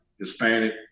Hispanic